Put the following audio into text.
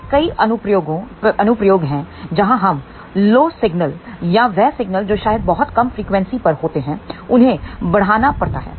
ऐसे कई अनुप्रयोग हैं जहाँ हमें लो सिग्नल या वह सिग्नल जो शायद बहुत कम फ्रीक्वेंसी पर होते हैं उन्हें बढ़ाना पड़ता है